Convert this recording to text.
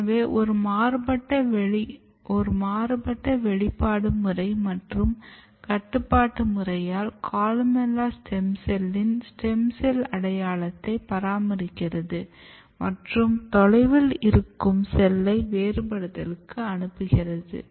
எனவே ஒரு மாறுபட்ட வெளிப்பாடு முறை மற்றும் கட்டுப்பாட்டு முறையால் கொலுமெல்லா ஸ்டெம் செல்லின் ஸ்டெம் செல் அடையாளத்தை பராமரிக்கிறது மற்றும் தொலைவில் இருக்கும் செல்லை வேறுபடுத்தலுக்கு அனுப்புகிறது